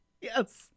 Yes